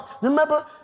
remember